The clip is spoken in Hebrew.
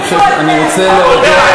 תגידו אתם,